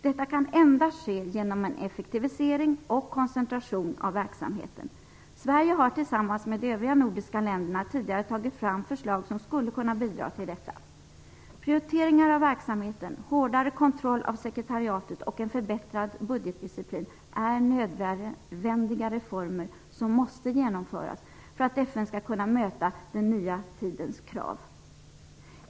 Detta kan endast ske genom en effektivisering och koncentration av verksamheten. Sverige har tillsammans med de övriga nordiska länderna tidigare tagit fram förslag som skulle kunna bidra till detta. Prioriteringar av verksamheten, hårdare kontroll av sekretariatet och en förbättrad budgetdiciplin är nödvändiga reformer som måste genomföras för att FN skall kunna möta den nya tidens krav.